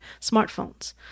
smartphones